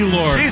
Lord